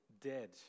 dead